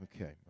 Okay